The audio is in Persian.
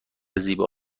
زیبا